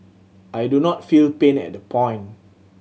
I do not feel pain at that point